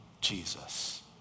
Jesus